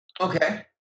Okay